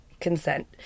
consent